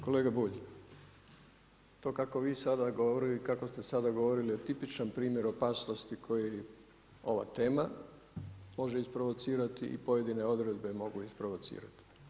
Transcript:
Kolega Bulj, to kako vi sada govorite i kako ste sada govorili je tipičan primjer opasnosti koji ova tema može isprovocirati i pojedine odredbe mogu isprovocirati.